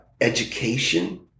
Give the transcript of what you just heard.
education